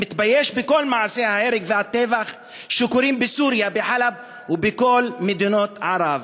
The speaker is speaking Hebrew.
אני מתבייש בכל מעשי ההרג והטבח שקורים בסוריה ובחאלב ובכל מדינות ערב.